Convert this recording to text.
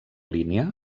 línia